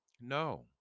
No